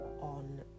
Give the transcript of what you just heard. on